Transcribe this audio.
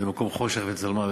זה מקום חושך וצלמוות,